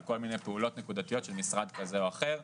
כל מיני פעולות נקודתיות של משרד כזה או אחר,